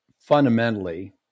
fundamentally